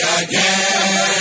again